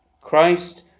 Christ